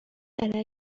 علیه